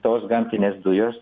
tos gamtinės dujos